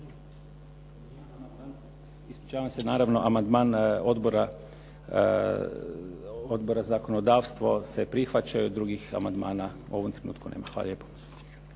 Ispričavam se, naravno amandman Odbora za zakonodavstvo se prihvaća. Drugih amandmana u ovom trenutku nema. Hvala lijepo.